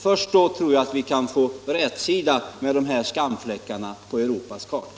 Först då tror jag att vi kan få rätsida när det gäller de här skamfläckarna på Europas karta.